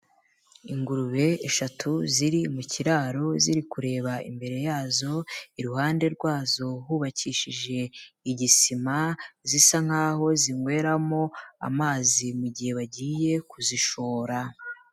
Ingurube eshatu ziri mu kiraro ziri kureba imbere yazo, iruhande rwazo hubakishije igisima zisa nk'aho zinyweramo amazi mu gihe bagiye kuzishora.